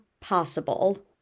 possible